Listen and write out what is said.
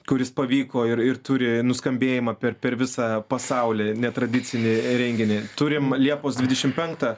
kuris pavyko ir ir turi nuskambėjimą per visą pasaulį netradicinį renginį turim liepos dvidešimt penktą